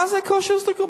מה זה "כושר השתכרות"?